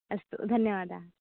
अस्तु धन्यवादाः